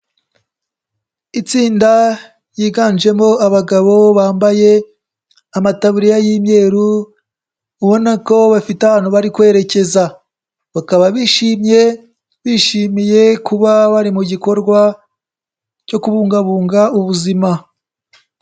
Itsinda ryiganjemo abagabo bambaye amataburiya y'imyeru, ubona ko bafite ahantu bari kwerekeza, bakaba bishimye bishimiye kuba bari mu gikorwa cyo kubungabunga ubuzima.